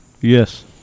Yes